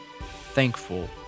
thankful